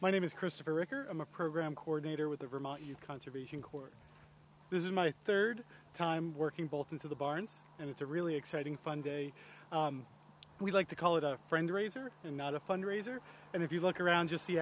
my name is christopher i'm a program coordinator with the vermont you conservation corps this is my third time working both into the barns and it's a really exciting fun day we like to call it a friend raiser and not a fundraiser and if you look around just the